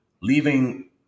leaving